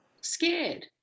scared